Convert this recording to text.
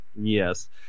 Yes